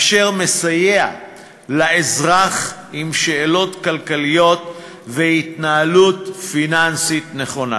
אשר מסייע לאזרח בשאלות כלכליות ובהתנהלות פיננסית נכונה.